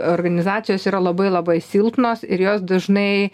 organizacijos yra labai labai silpnos ir jos dažnai